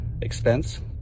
expense